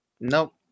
nope